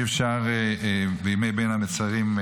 אי-אפשר בימי בין המצרים,